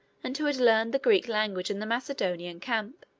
and who had learned the greek language in the macedonian camp.